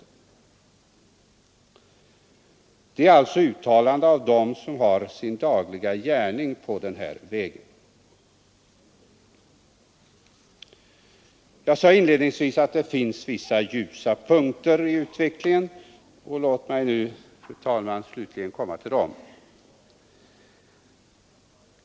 Detta är alltså uttalanden som gjorts av dem som har sin dagliga gärning på denna väg. Jag sade inledningsvis att det finns vissa ljusa punkter i utvecklingen, och låt mig slutligen, fru talman, komma till dessa.